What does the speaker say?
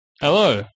Hello